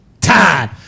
time